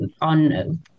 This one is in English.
on